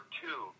two